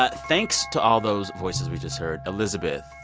but thanks to all those voices we just heard elizabeth,